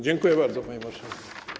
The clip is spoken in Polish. Dziękuję bardzo, panie marszałku.